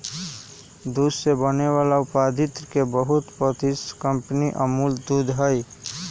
दूध से बने वाला उत्पादित के बहुत प्रसिद्ध कंपनी अमूल दूध हई